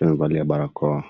amefalia parokoa.